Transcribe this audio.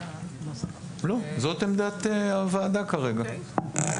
זאת עמדת הוועדה כרגע.